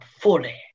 fully